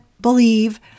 believe